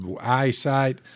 eyesight